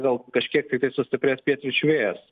gal kažkiek tiktai sustiprės pietryčių vėjas